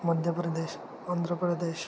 Madhya Pradesh Andhra Pradesh